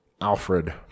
Alfred